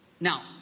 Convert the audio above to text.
Now